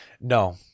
No